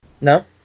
No